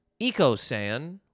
EcoSan